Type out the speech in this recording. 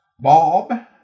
Bob